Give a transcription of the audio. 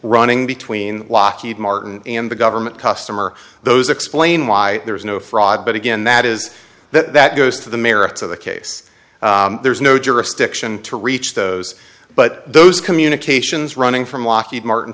running between lockheed martin and the government customer those explain why there is no fraud but again that is that that goes to the merits of the case there's no jurisdiction to reach those but those communications running from lockheed martin